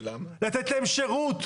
לתת להם שירות,